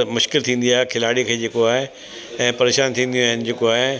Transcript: अ मुश्किलु थींदी आहे खिलाड़ी खे जेको आहे ऐं परेशानी थींदियूं आहिनि ऐं